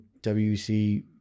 WC